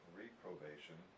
reprobation